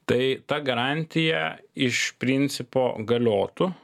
tai ta garantija iš principo galiotų